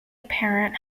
apparent